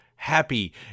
happy